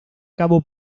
cabo